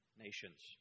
nations